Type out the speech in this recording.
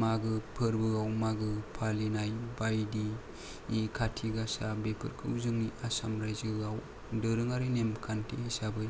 मागो फोरबोआव मागो फालिनाय बायदि खाथि गासा बेफोरखौ जोंनि आसाम राइजोआव दोरोंआरि नेम खान्थि हिसाबै